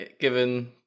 given